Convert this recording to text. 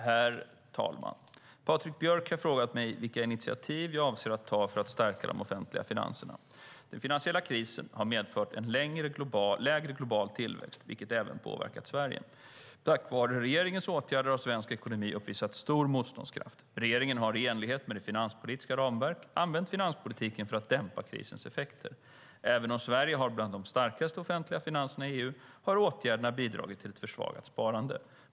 Herr talman! Patrik Björck har frågat mig vilka initiativ jag avser att ta för att stärka de offentliga finanserna. Den finansiella krisen har medfört en lägre global tillväxt, vilket även påverkat Sverige. Tack vare regeringens åtgärder har svensk ekonomi uppvisat stor motståndskraft. Regeringen har i enlighet med det finanspolitiska ramverket använt finanspolitiken för att dämpa krisens effekter. Även om Sverige har bland de starkaste offentliga finanserna i EU har åtgärderna bidragit till ett försvagat sparande.